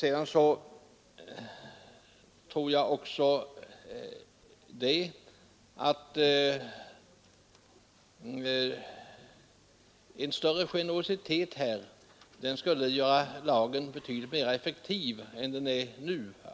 En större generositet tror jag skulle göra lagen betydligt mera effektiv än den är nu.